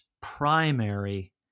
primary